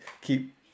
keep